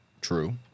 True